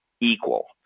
equal